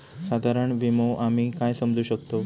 साधारण विमो आम्ही काय समजू शकतव?